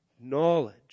knowledge